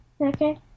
Okay